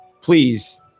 please